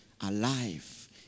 Alive